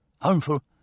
harmful